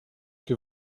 que